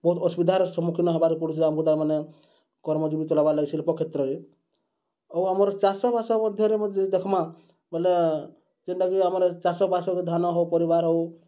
ବହୁତ୍ ଅସୁବିଧାର ସମ୍ମୁଖୀନ୍ ହେବାର୍କେ ପଡ଼ୁଛେ ଆମ୍କୁ ତା'ର୍ମାନେ କର୍ମଜୀବି ଚଲାବାର୍ ଲାଗି ଶିଳ୍ପକ୍ଷେତ୍ରରେ ଆଉ ଆମର୍ ଚାଷ୍ବାସ୍ ମଧ୍ୟରେ ମୁଁ ଯଦି ଦେଖ୍ମା ମାନେ ଯେନ୍ଟାକି ଆମର୍ ଚାଷ୍ବାସରେ ଧାନ୍ ହେଉ ପରିବା'ର୍ ହେଉ